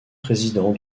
président